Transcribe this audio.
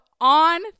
on